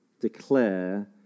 declare